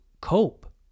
cope